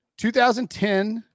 2010